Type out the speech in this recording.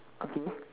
okay